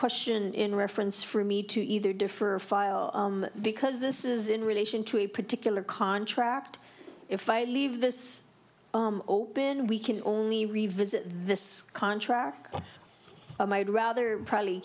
question in reference for me to either differ because this is in relation to a particular contract if i leave this open we can only revisit this contract i'm i'd rather probably